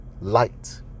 light